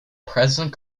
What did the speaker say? president